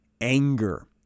Anger